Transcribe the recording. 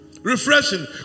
Refreshing